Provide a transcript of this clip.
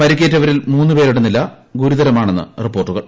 പരിക്കേറ്റവരിൽ മൂന്ന് പേരുടെ നില ഗുരുതരമാണെന്ന് റിപ്പോർട്ടുകൾ